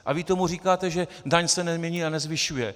A vy tomu říkáte, že daň se nemění a nezvyšuje.